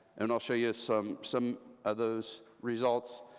and i'll show you some some of those results.